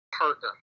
partner